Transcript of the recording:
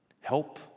help